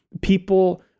People